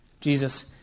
Jesus